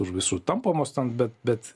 už visų tampomos ten bet bet